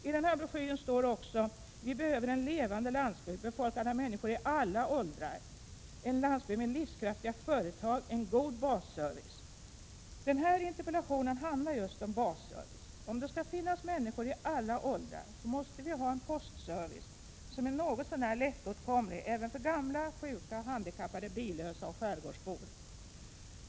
I den här broschyren står också: ”Vi behöver en levande landsbygd befolkad av människor i alla åldrar, en landsbygd med livskraftiga företag, en god basservice ———.” Min interpellation handlar just om basservice. Om det skall finnas människor i alla åldrar så måste vi ha en postservice som är något så när lättåtkomlig, även för gamla, sjuka, handikappade, billösa och skärgårdsbor.